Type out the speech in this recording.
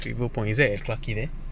river point is that at clarke quay there